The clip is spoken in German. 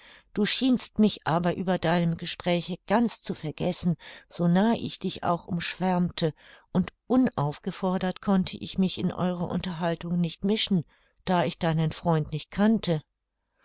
du schienst mich aber über deinem gespräche ganz zu vergessen so nah ich dich auch umschwärmte und unaufgefordert konnte ich mich in eure unterhaltung nicht mischen da ich deinen freund nicht kannte